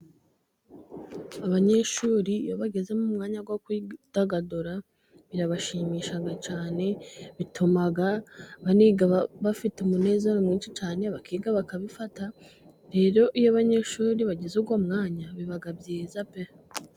Abanyeshuri iyo bageze mu mwanya wo kwidagadura birabashimisha cyane, bituma biga bafite umunezero mwinshi cyane, bakiga bakabifata rero iyo abanyeshuri bagize uwo mwanya biba byiza pe.